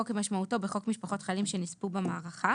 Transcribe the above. "כמשמעותו בחוק משפחות חיילים שנספו במערכה"